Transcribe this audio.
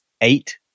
eight